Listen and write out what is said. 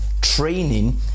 training